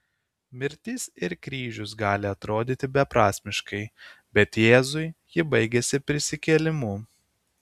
mirtis ir kryžius gali atrodyti beprasmiškai bet jėzui ji baigėsi prisikėlimu